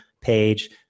page